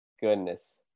Goodness